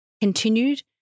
continued